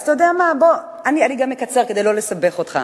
אז אתה יודע, אני גם אקצר כדי לא לסבך אותך,